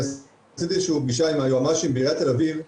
עשיתי פגישה עם היועמ"שים בעירית תל אביב,